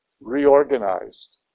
reorganized